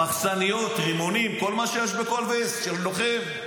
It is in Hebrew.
מחסניות, רימונים, כל מה שיש בכל וסט של לוחם.